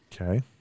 Okay